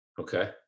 Okay